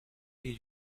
did